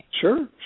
Sure